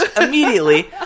immediately